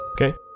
Okay